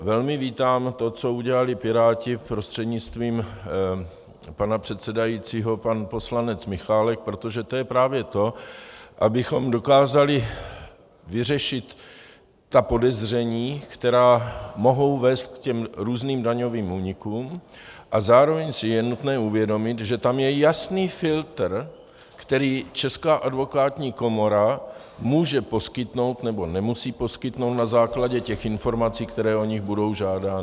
Velmi vítám to, co udělali Piráti, prostřednictvím pana předsedajícího pan poslanec Michálek, protože to je právě to, abychom dokázali vyřešit ta podezření, která mohou vést k těm různým daňovým únikům, a zároveň je nutné si uvědomit, že tam je jasný filtr, který Česká advokátní komora může poskytnout, nebo nemusí poskytnout na základě těch informací, které od nich budou žádány.